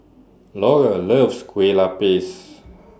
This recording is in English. Laura loves Kue Lupis